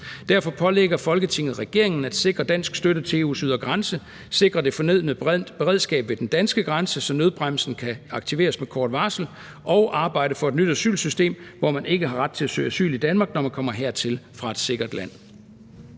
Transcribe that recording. Derfor pålægger Folketinget regeringen at sikre dansk støtte til EU's ydre grænse, at sikre det fornødne beredskab ved den danske grænse, så nødbremsen kan aktiveres med kort varsel, og at arbejde for et nyt asylsystem, hvor man ikke har ret til at søge asyl i Danmark, når man kommer hertil fra et sikkert land.«